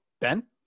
Ben